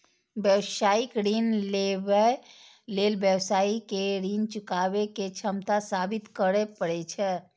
व्यावसायिक ऋण लेबय लेल व्यवसायी कें ऋण चुकाबै के क्षमता साबित करय पड़ै छै